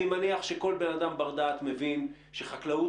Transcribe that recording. אני מניח שכל בן-אדם בר-דעת מבין שחקלאות,